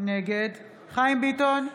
נגד חיים ביטון,